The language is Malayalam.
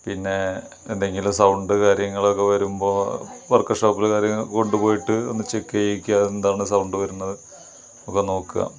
പിന്നെ എന്തെങ്കിലും സൗണ്ട് കാര്യങ്ങളൊക്കെ വരുമ്പോൾ വർക്ക് ഷോപ്പിൽ കാര്യങ്ങൾ കൊണ്ടുപോയിട്ട് ഒന്ന് ചെക്ക് ചെയ്യിക്കുക എന്താണ് സൗണ്ട് വരുന്നത് ഒക്കെ നോക്കുക